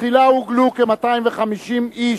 תחילה הוגלו כ-250 איש,